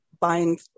buying